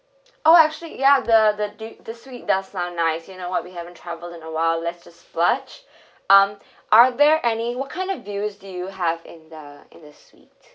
oh actually ya the the do~ the suite does sound nice you know what we haven't traveled in a while let's just budge um are there any what kind of views do have in the in the suite